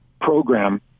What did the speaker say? program